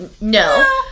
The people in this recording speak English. no